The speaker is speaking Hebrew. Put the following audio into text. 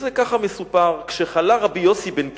וכך מסופר: "כשחלה רבי יוסי בן קיסמא,